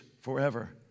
forever